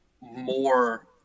more